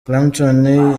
clapton